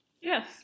Yes